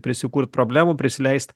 prisikurt problemų prisileist